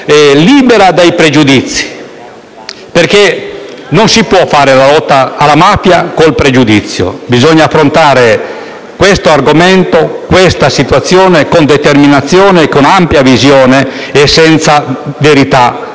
libera dai pregiudizi, perché non si può fare la lotta alla mafia con il pregiudizio: bisogna affrontare questo argomento e questa situazione con determinazione, con ampia visione e senza verità